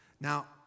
Now